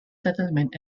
settlement